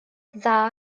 dda